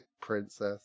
princess